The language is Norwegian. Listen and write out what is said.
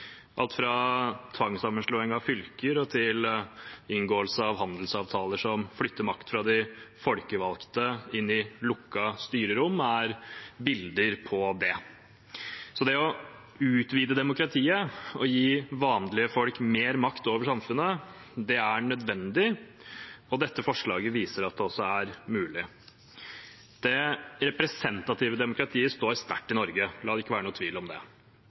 vekk fra folk. Alt fra tvangssammenslåing av fylker til inngåelse av handelsavtaler som flytter makt fra de folkevalgte inn i lukkede styrerom, er bilder på det. Det å utvide demokratiet og gi vanlige folk mer makt over samfunnet er nødvendig, og dette forslaget viser at det også er mulig. Det representative demokratiet står sterkt i Norge. La det ikke være noen tvil om det.